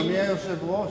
אדוני היושב-ראש,